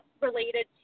related